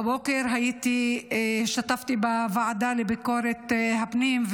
בבוקר השתתפתי בישיבה בוועדה לביקורת הפנים,